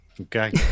Okay